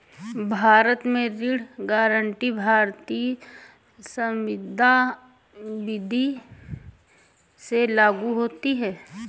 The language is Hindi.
भारत में ऋण गारंटी भारतीय संविदा विदी से लागू होती है